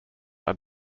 are